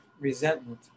resentment